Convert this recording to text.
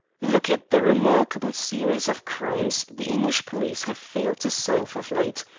look at the remarkable series of crimes the english police have failed to solve of late,